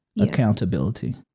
accountability